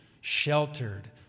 sheltered